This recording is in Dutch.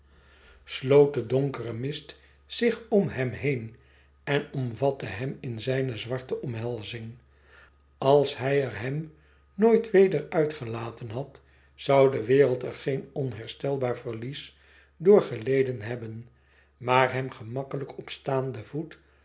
de donkere mist zich om hem heen en omvatte hem in zijne zwarte omhelzing als hij er hem nooit weder uitgelaten had zou de wereld er geen onherstelbaar verlies door geleden hebben maar hem gemakkelijk op staanden voet